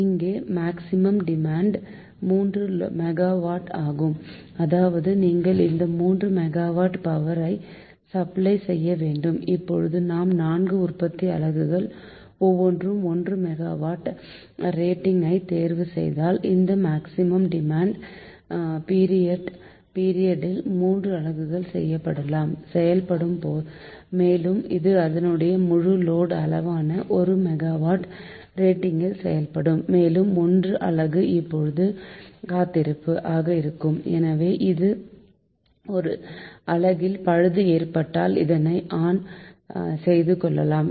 இங்கே maximum demand 3 megawatt ஆகும் அதாவது நீங்கள் இந்த 3 மெகாவாட் பவர் ஐ சப்பளை செய்ய வேண்டும் இப்போது நாம் 4 உற்பத்தி அலகுகள் ஒவ்வொன்றும் 1 மெகாவாட் ரேட்டிங் ஐ தேர்வு செய்தால் இந்த மேக்சிமம் டிமாண்ட் பீரியட் ல் 3 அலகுகள் செயல்படலாம் செயல்படும் மேலும் இது அதனுடைய முழு லோடு அளவான 1 மெகாவாட் ரேட்டிங் ல் செயல்படும் மேலும் 1 அலகு இருப்பு அல்லது காத்திருப்பு ஆக இருக்கும் எதாவது ஒரு அலகில் பழுது ஏற்பட்டால் இதனை ஆன் செய்துகொள்ளலாம்